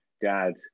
dad